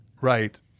Right